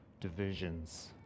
divisions